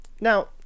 now